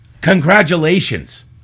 congratulations